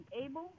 able